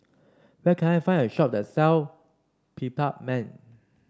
where can I find a shop that sell Peptamen